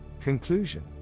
Conclusion